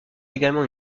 également